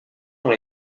dans